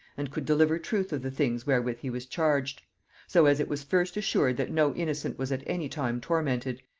and could deliver truth of the things wherewith he was charged so as it was first assured that no innocent was at any time tormented,